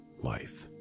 life